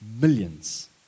Millions